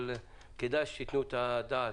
אבל כדאי שתיתנו את הדעת,